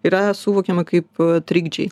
yra suvokiama kaip trikdžiai